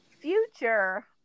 Future